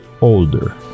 older